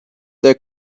they